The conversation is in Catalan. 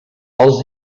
els